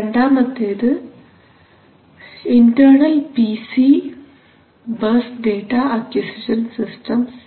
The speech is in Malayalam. രണ്ടാമത്തേത് internal P C bus data acquisition systems